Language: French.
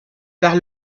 par